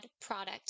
product